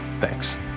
Thanks